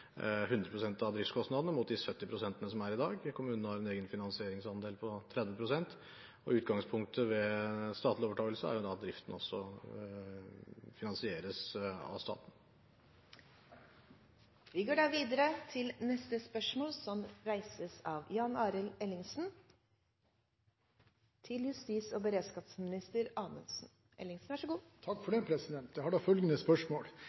av driftskostnadene mot de 70 pst som er i dag, og kommunene har en egen finansieringsandel på 30 pst. Utgangspunktet ved statlig overtakelse er jo at driften også finansieres av staten. Vi går tilbake til spørsmål 14. Jeg har følgende spørsmål: «VG har i flere artikler fortalt om kvinner som har vært utsatt for vold i nære relasjoner. I historiene framkommer det tidvis at de ikke har